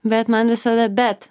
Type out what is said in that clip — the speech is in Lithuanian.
bet man visada bet